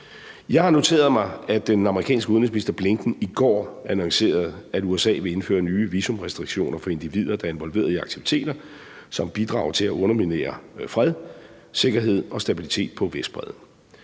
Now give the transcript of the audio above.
Jeg har noteret mig, at den amerikanske udenrigsminister, Blinken, i går annoncerede, at USA vil indføre nye visumrestriktioner for individer, der er involveret i aktiviteter, som bidrager til at underminere fred, sikkerhed og stabilitet på Vestbredden.